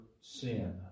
sin